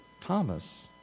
Thomas